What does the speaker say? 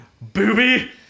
Booby